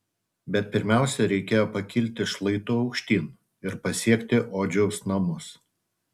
bet pirmiausia reikėjo pakilti šlaitu aukštyn ir pasiekti odžiaus namus